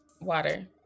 water